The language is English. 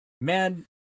man